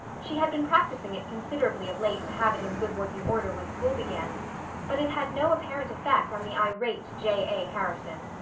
she had been practicing it considerably of late to have it in good working order when school began but it had no apparent effect on the irate j. a. harrison.